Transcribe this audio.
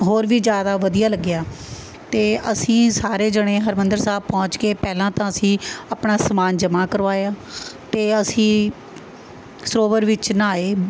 ਹੋਰ ਵੀ ਜ਼ਿਆਦਾ ਵਧੀਆ ਲੱਗਿਆ ਅਤੇ ਅਸੀਂ ਸਾਰੇ ਜਣੇ ਹਰਿਮੰਦਰ ਸਾਹਿਬ ਪਹੁੰਚ ਕੇ ਪਹਿਲਾਂ ਤਾਂ ਅਸੀਂ ਆਪਣਾ ਸਮਾਨ ਜਮ੍ਹਾ ਕਰਵਾਇਆ ਅਤੇ ਅਸੀਂ ਸਰੋਵਰ ਵਿੱਚ ਨਹਾਏ